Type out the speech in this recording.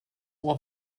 ohr